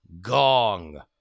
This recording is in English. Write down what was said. GONG